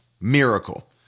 miracle